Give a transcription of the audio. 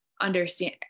understand